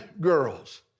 girls